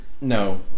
no